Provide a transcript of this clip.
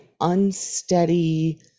unsteady